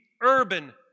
urban